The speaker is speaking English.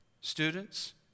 Students